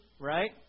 Right